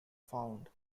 found